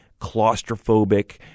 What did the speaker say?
claustrophobic